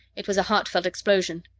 it was a heartfelt explosion.